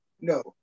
no